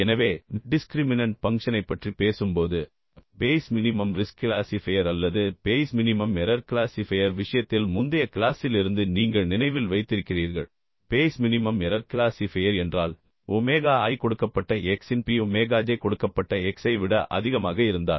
எனவே டிஸ்க்ரிமினன்ட் பங்க்ஷனைப் பற்றி பேசும்போது பேய்ஸ் மினிமம் ரிஸ்க் கிளாசிஃபையர் அல்லது பேய்ஸ் மினிமம் எரர் கிளாசிஃபையர் விஷயத்தில் முந்தைய கிளாசில் இருந்து நீங்கள் நினைவில் வைத்திருக்கிறீர்கள் பேய்ஸ் மினிமம் எரர் கிளாசிஃபையர் என்றால் ஒமேகா i கொடுக்கப்பட்ட x இன் P ஒமேகா j கொடுக்கப்பட்ட x ஐ விட அதிகமாக இருந்தால்